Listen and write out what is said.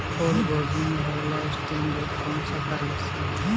फूलगोभी में होला स्टेम रोग कौना कारण से?